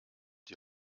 die